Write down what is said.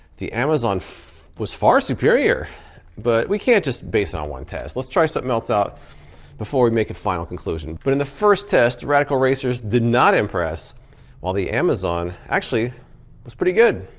the amazon was far superior but we can't just base it on one test. let's try something else out before we make a final conclusion. but in the first test, radical racers did not impress while the amazon actually was pretty good.